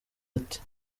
ati